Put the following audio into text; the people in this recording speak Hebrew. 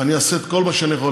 אני אעשה את כל מה שאני יכול,